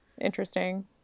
interesting